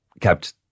kept